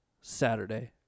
Saturday